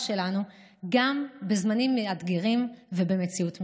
שלנו גם בזמנים מאתגרים ובמציאות משתנה.